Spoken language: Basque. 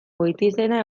goitizena